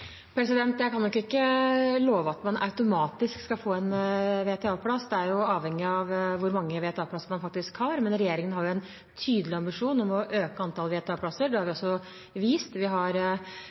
Jeg kan nok ikke love at man automatisk skal få en VTA-plass. Det er jo avhengig av hvor mange VTA-plasser man faktisk har, men regjeringen har en tydelig ambisjon om å øke antallet VTA-plasser. Det har vi også vist. Vi har